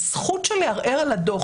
הזכות של ערעור על הדוח,